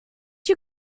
you